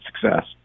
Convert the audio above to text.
success